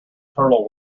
turtle